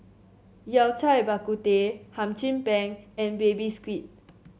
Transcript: Yao Cai Bak Kut Teh Hum Chim Peng and Baby Squid